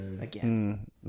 again